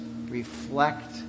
reflect